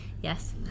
Yes